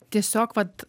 tiesiog vat